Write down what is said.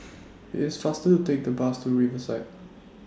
IT IS faster to Take The Bus to Riverside